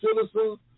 citizens